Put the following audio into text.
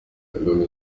kagame